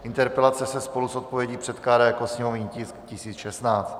Interpelace se spolu s odpovědí předkládá jako sněmovní tisk 1016.